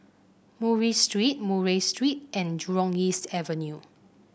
Murray Street Murray Street and Jurong East Avenue